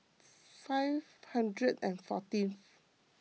five hundred and fourteenth